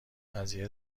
قضیه